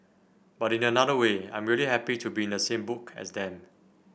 but in another way I'm really happy to be in the same book as them